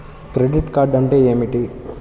Credit card అంటే ఏమిటి?